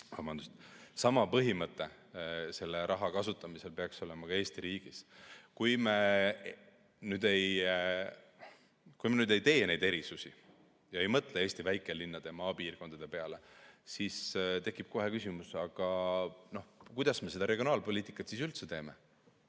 Sama põhimõte selle raha kasutamisel peaks olema ka Eesti riigis. Kui me nüüd ei tee neid erisusi ja ei mõtle Eesti väikelinnade ja maapiirkondade peale, siis tekib kohe küsimus, aga kuidas me seda regionaalpoliitikat siis üldse teeme. Kui